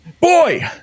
Boy